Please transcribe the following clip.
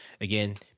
Again